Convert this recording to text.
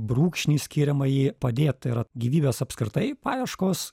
brūkšnį skiriamąjį padėt tai yra gyvybės apskritai paieškos